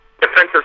defensive